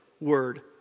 word